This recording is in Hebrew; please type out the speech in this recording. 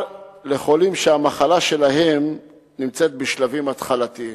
לחולים שהמחלה שלהם נמצאת בשלבים התחלתיים.